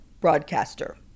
broadcaster